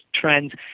trends